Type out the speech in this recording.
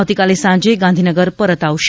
આવતીકાલે સાંજે ગાંધીનગર પરત આવશે